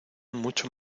mucho